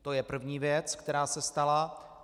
To je první věc, která se stala.